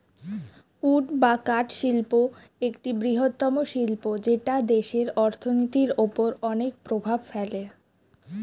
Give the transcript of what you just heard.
would বা কাঠ শিল্প একটি বৃহত্তম শিল্প যেটা দেশের অর্থনীতির ওপর অনেক প্রভাব ফেলে